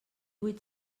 vuit